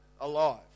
alive